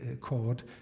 chord